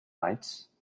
lights